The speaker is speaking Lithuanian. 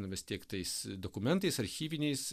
nu vis tiek tais dokumentais archyviniais